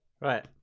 Right